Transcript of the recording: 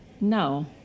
no